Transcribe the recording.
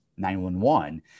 911